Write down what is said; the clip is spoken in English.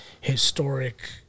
historic